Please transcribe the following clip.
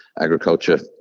agriculture